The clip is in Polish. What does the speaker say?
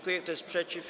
Kto jest przeciw?